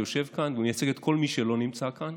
שיושב כאן ומייצג את כל מי שלא נמצא כאן.